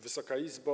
Wysoka Izbo!